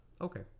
Okay